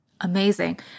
Amazing